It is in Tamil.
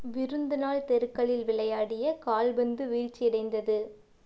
விருந்து நாள் தெருக்களில் விளையாடிய கால்பந்து வீழ்ச்சியடைந்தது